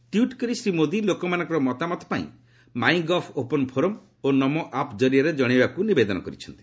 tweet କରି ଶ୍ରୀ ମୋଦୀ ଲୋକମାନଙ୍କର ମତାମତ ମାଇ ଗଭ୍ ଓପନ୍ ଫୋରମ୍ ଓ ନମୋଆପ୍ ଜରିଆରେ ଜଣାଇବା ପାଇଁ ନିବେଦନ କରିଛନ୍ତି